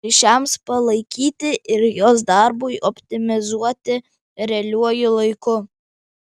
ryšiams palaikyti ir jos darbui optimizuoti realiuoju laiku